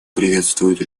приветствует